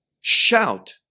Shout